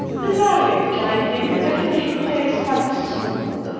the marriage, i think, had better take place quite soon.